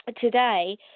today